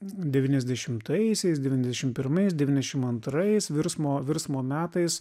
devyniasdešimtaisiais devyniasdešim pirmais devyniasdešim antrais virsmo virsmo metais